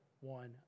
one